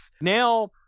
now